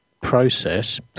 process